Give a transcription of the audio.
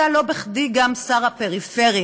לא בכדי אתה גם שר הפריפריה.